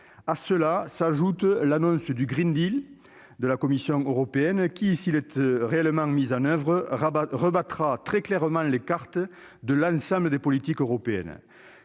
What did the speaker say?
À cela s'ajoute l'annonce du de la Commission européenne qui, s'il est réellement mis en oeuvre, rebattra très clairement les cartes de l'ensemble des politiques européennes.